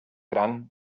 gran